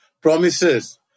promises